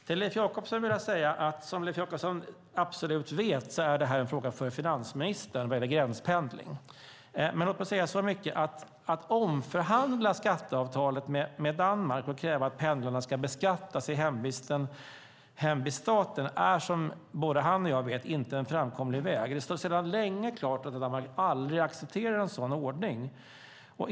Som Leif Jakobsson vet är gränspendling en fråga för finansministern. Att omförhandla skatteavtalet med Danmark och kräva att pendlarna ska beskattas i hemviststaten är, som både Leif Jakobsson och jag vet, inte en framkomlig väg. Det står sedan länge klart att Danmark aldrig skulle acceptera en sådan ordning.